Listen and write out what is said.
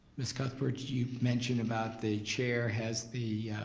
ms. cuthbert, you mentioned about the chair has the,